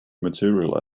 material